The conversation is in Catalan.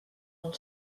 del